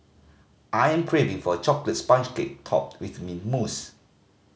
I am craving for a chocolate sponge cake topped with mint mousse